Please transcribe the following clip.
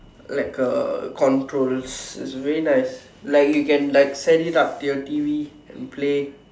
like a controls its very nice like you can like set it up to your T_V and play